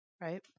right